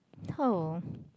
oh